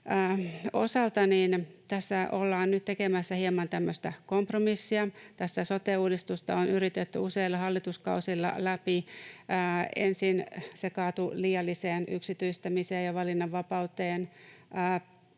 nyt tekemässä hieman tämmöistä kompromissia. Tässä on sote-uudistusta yritetty useilla hallituskausilla läpi. Ensin se kaatui liialliseen yksityistämiseen ja valinnanvapauteen.